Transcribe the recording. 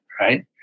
right